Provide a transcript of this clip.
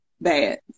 bad